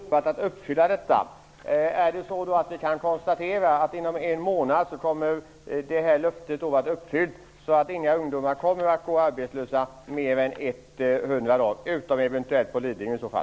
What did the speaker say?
Herr talman! Kan ni, om nu alla kommuner har lovat att uppfylla kraven, konstatera att löftet kommer att vara infriat inom en månad, så att inga ungdomar - utom eventuellt på Lidingö - kommer att gå arbetslösa mer än 100 dagar?